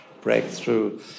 breakthrough